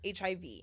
HIV